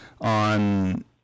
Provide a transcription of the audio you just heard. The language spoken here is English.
on